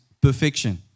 perfection